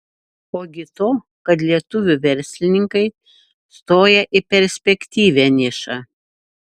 ogi to kad lietuvių verslininkai stoja į perspektyvią nišą